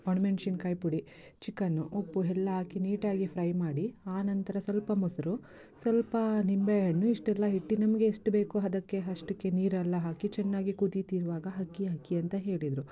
ಒಣ ಮೆಣ್ಸಿನ್ಕಾಯಿ ಪುಡಿ ಚಿಕನ್ನು ಉಪ್ಪು ಎಲ್ಲ ಹಾಕಿ ನೀಟಾಗಿ ಫ್ರೈ ಮಾಡಿ ಆನಂತರ ಸ್ವಲ್ಪ ಮೊಸರು ಸ್ವಲ್ಪ ನಿಂಬೆಹಣ್ಣು ಇಷ್ಟೆಲ್ಲ ಇಟ್ಟಿ ನಮಗೆ ಎಷ್ಟು ಬೇಕೊ ಅದಕ್ಕೆ ಅಷ್ಟಕ್ಕೆ ನೀರೆಲ್ಲ ಹಾಕಿ ಚೆನ್ನಾಗಿ ಕುದಿತಿರುವಾಗ ಅಕ್ಕಿ ಹಾಕಿ ಅಂತ ಹೇಳಿದರು